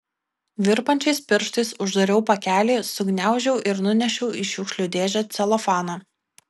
virpančiais pirštais uždariau pakelį sugniaužiau ir nunešiau į šiukšlių dėžę celofaną